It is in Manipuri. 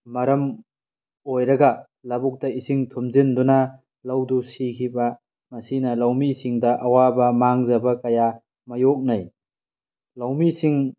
ꯃꯔꯝ ꯑꯣꯏꯔꯒ ꯂꯕꯨꯛꯇ ꯏꯁꯤꯡ ꯊꯨꯝꯖꯤꯟꯗꯨꯅ ꯂꯧꯗꯨ ꯁꯤꯈꯤꯕ ꯃꯁꯤꯅ ꯂꯧꯃꯤꯁꯤꯡꯗ ꯑꯋꯥꯕ ꯃꯥꯡꯖꯕ ꯀꯌꯥ ꯃꯥꯏꯌꯣꯛꯅꯩ ꯂꯧꯃꯤꯁꯤꯡ